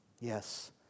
Yes